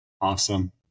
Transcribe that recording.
Awesome